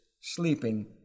sleeping